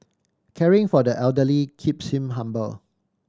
caring for the elderly keeps him humble